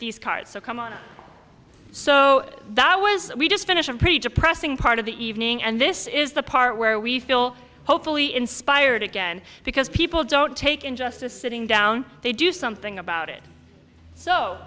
these cards so come on so that was we just finished a pretty depressing part of the evening and this is the part where we feel hopefully inspired again because people don't take injustice sitting down they do something about it so